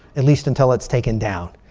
at least until it's taken down.